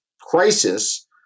crisis